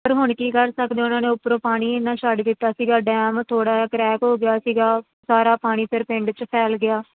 ਪਰ ਹੁਣ ਕੀ ਕਰ ਸਕਦੇ ਉਹਨਾਂ ਨੇ ਉਪਰੋਂ ਪਾਣੀ ਇੰਨਾ ਛੱਡ ਦਿੱਤਾ ਸੀਗਾ ਡੈਮ ਥੋੜ੍ਹਾ ਜਿਹਾ ਕਰੈਕ ਹੋ ਗਿਆ ਸੀਗਾ ਸਾਰਾ ਪਾਣੀ ਫਿਰ ਪਿੰਡ 'ਚ ਫੈਲ ਗਿਆ